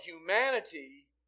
humanity